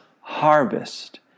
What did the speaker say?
harvest